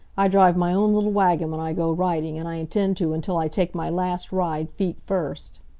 i drive my own little wagon when i go riding, and i intend to until i take my last ride, feet first.